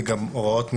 זה גם הוראות מינהל.